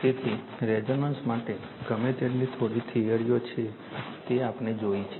તેથી રેઝોનન્સ માટે ગમે તેટલી થોડી થિયરીઓ છે તે આપણે જોઈ છે